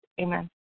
Amen